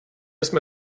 jsme